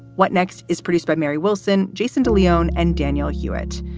what next is pretty spry, mary wilson, jason de leon and daniel hewitt.